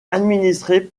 administrée